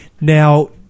Now